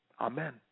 Amen